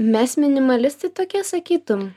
mes minimalistai tokie sakytum